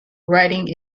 writing